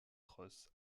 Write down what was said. cross